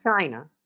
China